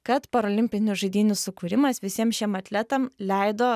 kad paralimpinių žaidynių sukūrimas visiem šiem atletam leido